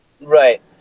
Right